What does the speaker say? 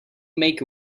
make